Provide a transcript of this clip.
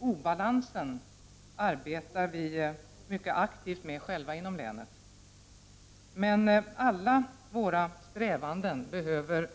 Inom länet arbetar vi mycket aktivt med obalansen. Men alla våra strävanden behöver